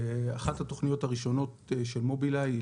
אחת התכניות הראשונות של מובילאיי היא